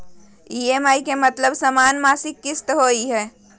EMI के मतलब समान मासिक किस्त होहई?